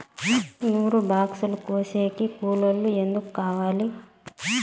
నూరు బాక్సులు కోసేకి కూలోల్లు ఎందరు కావాలి?